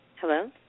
Hello